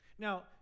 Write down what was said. Now